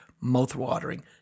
mouth-watering